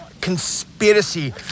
conspiracy